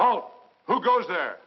oh who goes there